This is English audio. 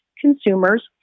consumers